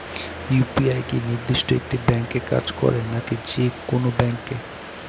UPI কি নির্দিষ্ট একটি ব্যাংকে কাজ করে নাকি যে কোনো ব্যাংকে?